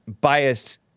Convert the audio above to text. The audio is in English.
biased